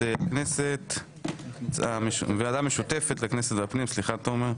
לוועדת הכנסת ולוועדת הפנים והגנת הסביבה.